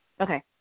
Okay